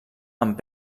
amb